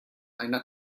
einer